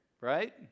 right